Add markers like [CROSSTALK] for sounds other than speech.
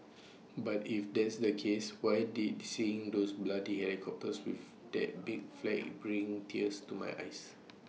[NOISE] but if that's the case why did seeing those bloody helicopters with that big flag bring tears to my eyes